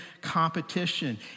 competition